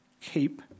keep